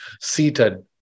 seated